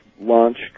launch